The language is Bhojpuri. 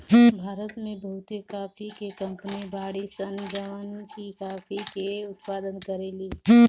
भारत में बहुते काफी के कंपनी बाड़ी सन जवन की काफी के उत्पादन करेली